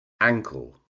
ankle